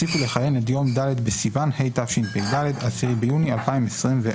יוסיפו לכהן עד יום ד' בסיוון התשפ"ד (10 ביוני 2024)."